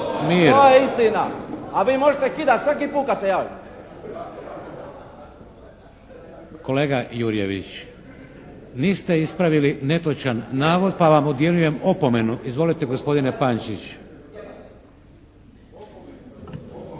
čuje se./ … **Šeks, Vladimir (HDZ)** Kolega Jurjević niste ispravili netočan navod pa vam dodjeljujem opomenu. Izvolite gospodine Pančić.